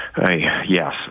Yes